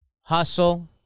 Hustle